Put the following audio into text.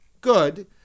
good